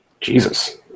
Jesus